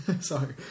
Sorry